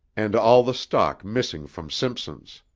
and all the stock missing from simpson's.